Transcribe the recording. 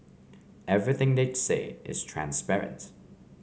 everything they say is transparent